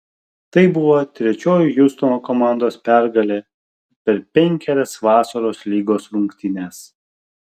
tai buvo trečioji hjustono komandos pergalė per penkerias vasaros lygos rungtynes